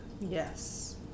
Yes